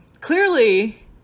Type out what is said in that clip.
clearly